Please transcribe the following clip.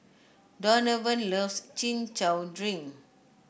Donavan loves Chin Chow Drink